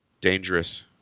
dangerous